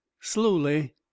slowly